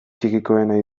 txikikoena